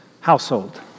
household